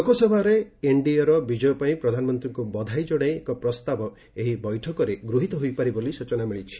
ଲୋକସଭାରେ ଏନ୍ଡିଏ ର ବିକୟ ପାଇଁ ପ୍ରଧାନମନ୍ତ୍ରୀଙ୍କୁ ବଧାଇ ଜଣାଇ ଏକ ପ୍ରସ୍ତାବ ଏହି ବୈଠକରେ ଗ୍ରହିତ ହୋଇପାରେ ବୋଲି ସ୍ଚନା ମିଳିଛି